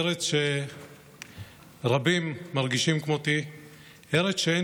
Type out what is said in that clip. ארץ שרבים מרגישים כמותי שהיא ארץ שאין